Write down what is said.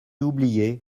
oublié